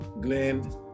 Glenn